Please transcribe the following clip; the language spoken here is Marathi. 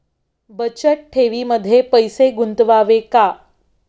बचत ठेवीमध्ये पैसे गुंतवावे का?